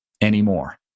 anymore